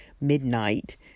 midnight